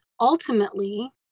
ultimately